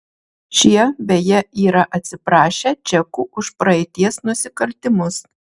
šie beje yra atsiprašę čekų už praeities nusikaltimus